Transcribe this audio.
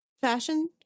fashion